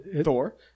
Thor